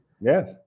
Yes